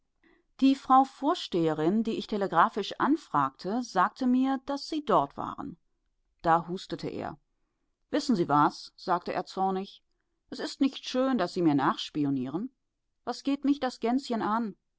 die frau vorsteherin die ich telegraphisch anfragte sagte mir daß sie dort waren da hustete er wissen sie was sagte er zornig es ist nicht schön daß sie mir nachspionieren was geht mich das gänschen an